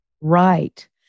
Right